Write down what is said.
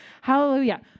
Hallelujah